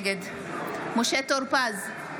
נגד משה טור פז,